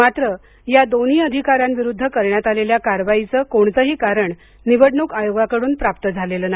मात्र या दोन अधिकाऱ्यांविरुद्ध करण्यात आलेल्या कारवाईचं कोणतंही कारण निवडणूक आयोगाकडून प्राप्त झालेलं नाही